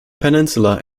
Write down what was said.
peninsula